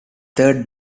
third